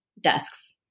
desks